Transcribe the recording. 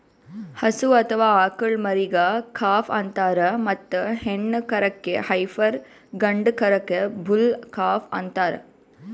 ಹಸು ಅಥವಾ ಆಕಳ್ ಮರಿಗಾ ಕಾಫ್ ಅಂತಾರ್ ಮತ್ತ್ ಹೆಣ್ಣ್ ಕರಕ್ಕ್ ಹೈಪರ್ ಗಂಡ ಕರಕ್ಕ್ ಬುಲ್ ಕಾಫ್ ಅಂತಾರ್